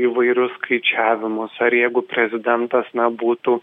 įvairius skaičiavimus ar jeigu prezidentas na būtų